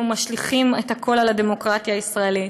ומשליכים את הכול על הדמוקרטיה הישראלית?